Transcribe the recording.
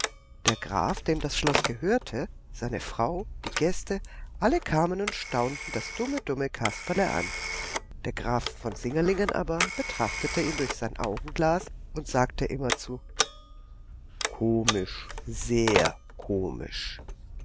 der graf dem das schloß gehörte seine frau die gäste alle kamen und staunten das dumme dumme kasperle an der graf von singerlingen aber betrachtete ihn durch sein augenglas und sagte immerzu komisch sehr komisch